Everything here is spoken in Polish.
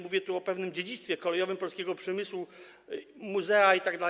Mówię tu o pewnym dziedzictwie kolejowym polskiego przemysłu, muzeach itd.